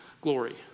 glory